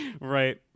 right